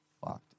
fucked